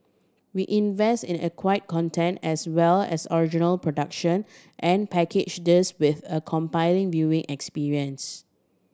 we invest in an acquire content as well as original production and package this with a compelling viewing experience